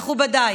מכובדיי,